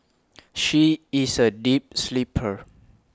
she is A deep sleeper